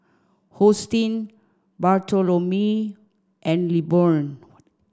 Hosteen Bartholomew and Lilburn